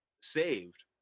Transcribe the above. saved